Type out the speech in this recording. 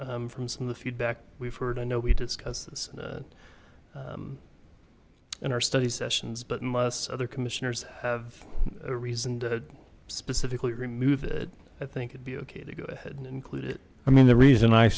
important from some of the feedback we've heard i know we discussed this in our study sessions but unless other commissioners have a reason to specifically remove it i think it'd be okay to go ahead and include it i mean the reason i